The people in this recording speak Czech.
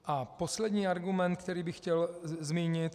A poslední argument, který bych chtěl zmínit.